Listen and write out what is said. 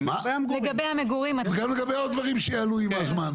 גם לגבי עוד דברים שיעלו עם הזמן.